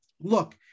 look